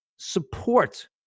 support